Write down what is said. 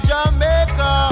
Jamaica